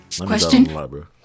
Question